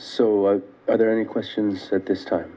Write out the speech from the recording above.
so are there any questions at this time